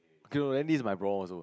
okay lor then this is my problem also